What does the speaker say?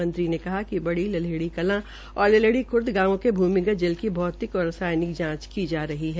मंत्री ने कहा कि ाई़ी लल्हेड़ी कलां और लल्हेड़ी खुर्द गांवो के भूमिगत जल की भौतिक और रासायनिक जांच की जा रही है